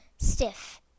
Stiff